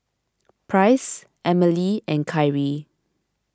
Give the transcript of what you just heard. Price Emilee and Kyree